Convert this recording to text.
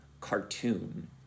cartoon